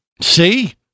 See